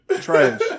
Trash